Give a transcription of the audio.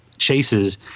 chases